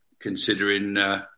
considering